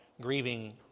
grieving